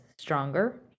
stronger